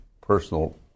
personal